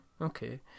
okay